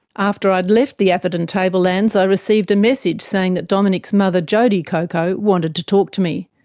after i'd left the atherton tablelands, i received a message saying that dominic's mother jodie cocco wanted to talk to me.